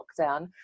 lockdown